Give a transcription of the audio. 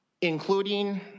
including